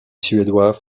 suédois